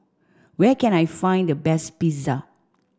where can I find the best Pizza